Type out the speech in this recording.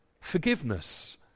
Forgiveness